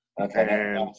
Okay